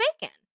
bacon